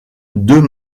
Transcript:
deux